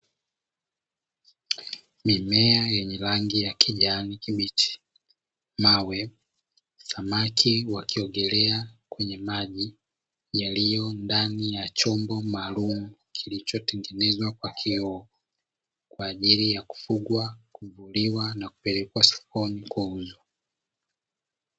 Mimea yenye rangi ya kijani kibichi, mawe, samaki wakiogelea kwenye maji yaliyo ndani ya chombo maalumu kilicho tengenezwa kwa kioo kwaajili ya kufugwa, kuvuliwa na kupelekwa sokoni kuuzwa.